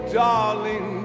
darling